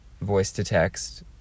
voice-to-text